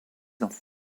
ans